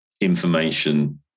information